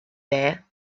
there